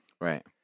Right